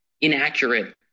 inaccurate